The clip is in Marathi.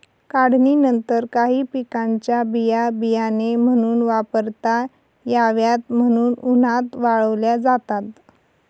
काढणीनंतर काही पिकांच्या बिया बियाणे म्हणून वापरता याव्यात म्हणून उन्हात वाळवल्या जातात